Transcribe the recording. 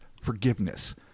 forgiveness